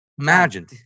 Imagine